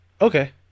Okay